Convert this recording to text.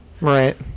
Right